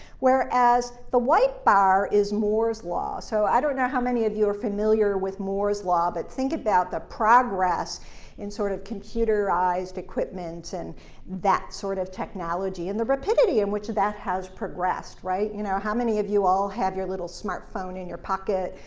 whereas the white bar is moore's law. so i don't know how many of you are familiar with moore's law, but think about the progress in sort of computerized equipment and that sort of technology and the rapidity in which that has progressed, right? you know, how many of you all have your little smartphone in your pocket,